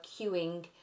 queuing